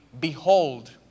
behold